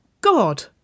God